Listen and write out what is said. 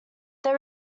they